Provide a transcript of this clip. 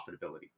profitability